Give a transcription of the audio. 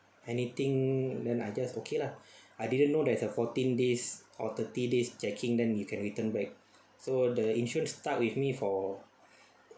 anything then I just okay lah I didn't know there's a fourteen days or thirty days checking them you can return back so the insurance start with me for